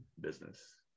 business